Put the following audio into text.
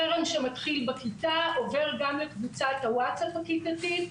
חרם שמתחיל בכיתה עובר גם לקבוצת הווטסאפ הכיתתית,